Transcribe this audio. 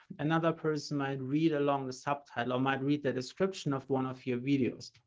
another person might read along the subtitle or might read the description of one of your videos.